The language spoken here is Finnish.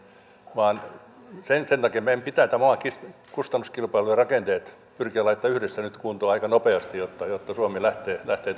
vaan sen takia meidän pitää tämän maan kustannuskilpailu ja rakenteet pyrkiä laittamaan yhdessä nyt kuntoon aika nopeasti jotta suomi lähtee